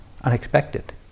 unexpected